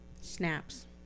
Snaps